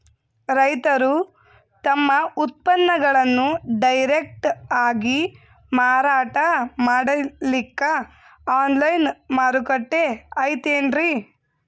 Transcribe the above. ರೈತರು ತಮ್ಮ ಉತ್ಪನ್ನಗಳನ್ನು ಡೈರೆಕ್ಟ್ ಆಗಿ ಮಾರಾಟ ಮಾಡಲಿಕ್ಕ ಆನ್ಲೈನ್ ಮಾರುಕಟ್ಟೆ ಐತೇನ್ರೀ?